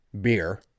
beer